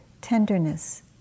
tenderness